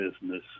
business